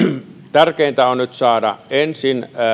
tärkeintä on nyt saada ensin